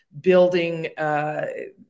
building